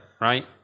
Right